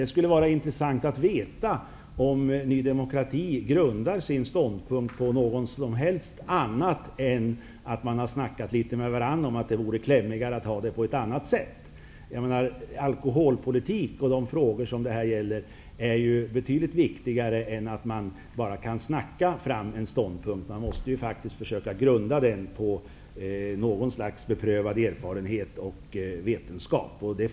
Det skulle vara intressant att få veta om Ny demokrati grundar sin ståndpunkt på något annat än att man snackat litet med varandra om att det vore klämmigare att ha det på ett annat sätt. Alkoholpolitiken och de frågor som det här gäller är betydligt viktigare än att man bara kan snacka fram en ståndpunkt. Man måste faktiskt försöka grunda den på något slags beprövad erfarenhet och vetenskap.